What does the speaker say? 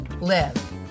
live